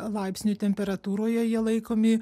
laipsnių temperatūroje jie laikomi